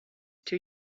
two